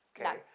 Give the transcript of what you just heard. okay